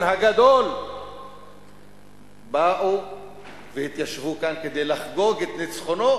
הגדול באו והתיישבו כאן כדי לחגוג את ניצחונו,